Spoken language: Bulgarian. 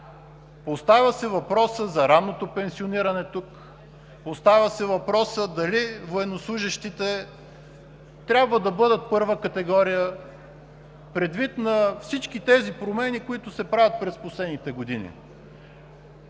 остава въпросът за ранното пенсиониране, остава си въпросът дали военнослужещите трябва да бъдат първа категория предвид на всички тези промени, които се правят през последните години?